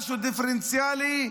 משהו דיפרנציאלי,